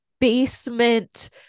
basement